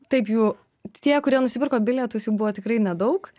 taip jų tie kurie nusipirko bilietus jų buvo tikrai nedaug